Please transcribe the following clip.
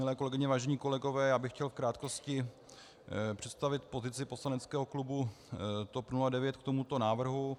Milé kolegyně, vážení kolegové, já bych chtěl v krátkosti představit pozici poslaneckého klubu TOP 09 k tomuto návrhu.